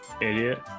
Idiot